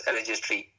Registry